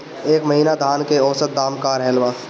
एह महीना धान के औसत दाम का रहल बा?